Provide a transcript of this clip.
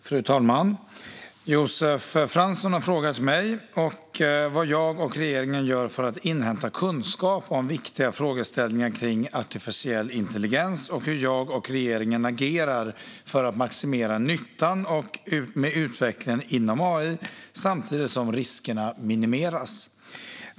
Fru talman! Josef Fransson har frågat mig vad jag och regeringen gör för att inhämta kunskap om viktiga frågeställningar kring artificiell intelligens och hur jag och regeringen agerar för att maximera nyttan med utvecklingen inom AI samtidigt som riskerna minimeras.